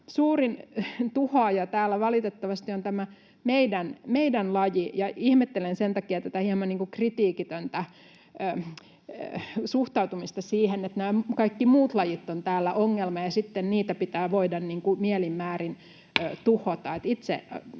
suurin tuhoaja täällä valitettavasti on tämä meidän laji. Ihmettelen sen takia tätä hieman kritiikitöntä suhtautumista siihen, että nämä kaikki muut lajit ovat täällä ongelma ja sitten niitä pitää voida mielin määrin [Puhemies